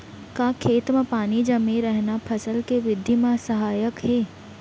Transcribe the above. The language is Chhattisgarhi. का खेत म पानी जमे रहना फसल के वृद्धि म सहायक हे?